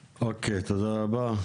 אוקיי, תודה רבה.